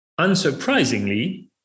unsurprisingly